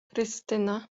krystyna